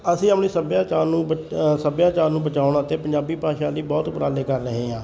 ਅਸੀਂ ਆਪਣੀ ਸੱਭਿਆਚਾਰ ਨੂੰ ਬਚ ਸੱਭਿਆਚਾਰ ਨੂੰ ਬਚਾਉਣ ਅਤੇ ਪੰਜਾਬੀ ਭਾਸ਼ਾ ਲਈ ਬਹੁਤ ਉਪਰਾਲੇ ਕਰ ਰਹੇ ਹਾਂ